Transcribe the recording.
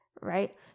right